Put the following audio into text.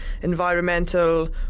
environmental